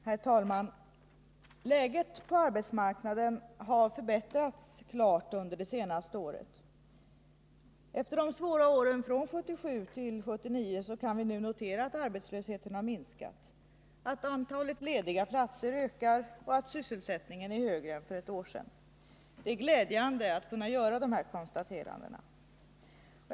Herr talman! Läget på arbetsmarknaden har förbättrats klart under det senaste året. Efter de svåra åren från 1977 till 1979 kan vi nu konstatera att arbetslösheten har minskat, att antalet lediga platser ökar och att sysselsättningen är högre än för ett år sedan. Det är glädjande att kunna göra dessa konstateranden.